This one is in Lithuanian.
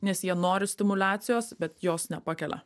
nes jie nori stimuliacijos bet jos nepakelia